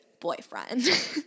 boyfriend